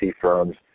firms